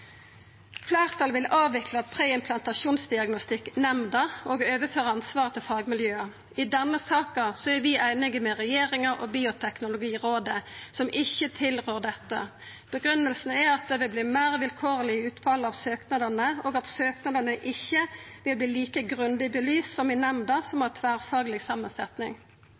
vil avvikla preimplantasjonsdiagnostikknemnda og overføra ansvaret til fagmiljøa. I denne saka er vi einige med regjeringa og Bioteknologirådet, som ikkje tilrår dette. Grunngivinga er at det vil verta meir vilkårlege utfall av søknadene, og at søknadene ikkje vil verta like grundig belyst som i nemnda som har tverrfagleg samansetning.